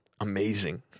Amazing